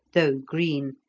though green,